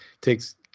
takes